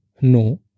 No